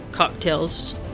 cocktails